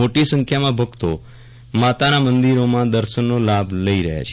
મોટી સંખ્યામાં ભકતો માતાના મંદિરોમાં દર્શનનો લાભ લેશે